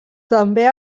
també